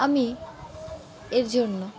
আমি এর জন্য